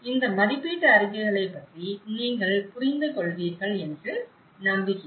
இந்த மதிப்பீட்டு அறிக்கைகளைப் பற்றி நீங்கள் புரிந்துகொள்வீர்கள் என்று நம்புகிறேன்